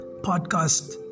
podcast